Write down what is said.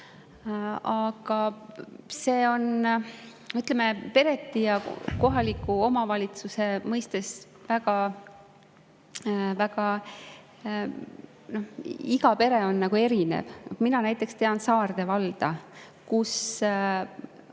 Aga see on, ütleme, pereti ja kohaliku omavalitsuse mõistes väga … Iga pere on erinev. Mina näiteks tean Saarde valda, kus